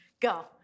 Go